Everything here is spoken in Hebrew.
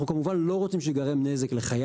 אנחנו כמובן לא רוצים שייגרם נזק לחיי